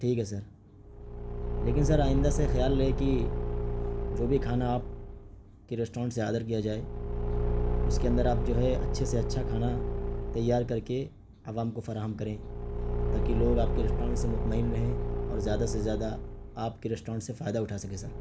ٹھیک ہے سر لیکن سر آئندہ سے خیال رہے کہ جو بھی کھانا آپ کی ریسٹورنٹ سے آڈر کیا جائے اس کے اندر آپ جو ہے اچّھے سے اچّھا کھانا تیار کر کے عوام کو فراہم کریں تا کہ لوگ آپ کے ریسٹورنٹ سے مطمئن رہے اور زیادہ سے زیادہ آپ کے ریسٹورنٹ سے فائدہ اٹھا سکے سر